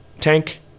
tank